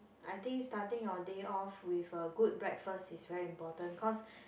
I think starting your day off with a good breakfast is very important cause